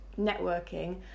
networking